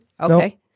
Okay